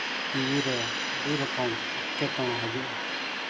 ᱡᱤᱣᱤ ᱨᱮ ᱟᱹᱰᱤ ᱨᱚᱠᱚᱢ ᱮᱴᱠᱮᱴᱚᱬᱮ ᱦᱤᱡᱩᱜᱼᱟ